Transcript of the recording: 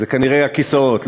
זה כנראה הכיסאות.